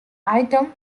item